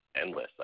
endless